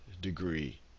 degree